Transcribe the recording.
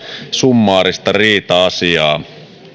summaarista riita asiaa